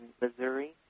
Missouri